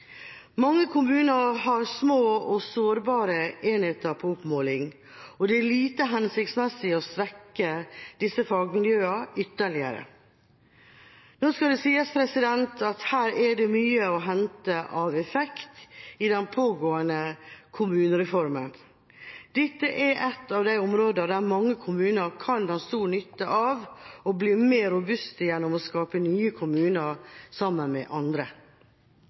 Mange kommuner har små og sårbare enheter på oppmåling, og det er lite hensiktsmessig å svekke disse fagmiljøene ytterligere. Nå skal det sies at her er det mye å hente av effekt i den pågående kommunereformen. Dette er et av de områdene der mange kommuner kan ha stor nytte av og bli mer robuste gjennom å skape nye kommuner sammen med andre.